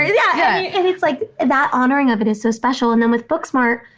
yeah! and it's like that honoring of it is so special. and then with booksmart,